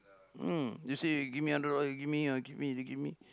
hmm you see give me hundred dollar you give me uh give me they give me